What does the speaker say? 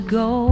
go